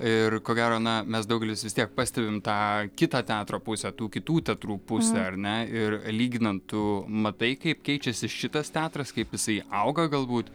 ir ko gero na mes daugelis vis tiek pastebim tą kitą teatro pusę tų kitų teatrų pusę ar ne ir lyginant tu matai kaip keičiasi šitas teatras kaip jisai auga galbūt